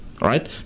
right